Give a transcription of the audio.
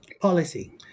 policy